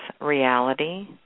reality